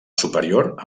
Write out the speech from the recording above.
superior